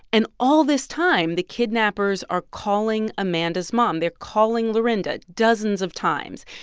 and all this time, the kidnappers are calling amanda's mom. they're calling lorinda dozens of times.